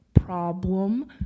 problem